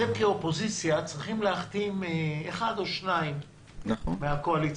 אתם כאופוזיציה צריכים להחתים אחד או שניים מהקואליציה,